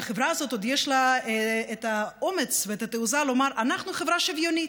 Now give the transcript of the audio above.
לחברה הזאת עוד יש את האומץ והתעוזה לומר: אנחנו חברה שוויונית.